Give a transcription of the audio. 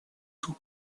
sus